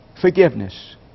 Forgiveness